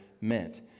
meant